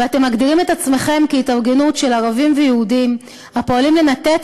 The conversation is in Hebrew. ואתם מגדירים את עצמכם התארגנות של ערבים ויהודים הפועלים לנתץ